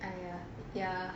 !aiya! ya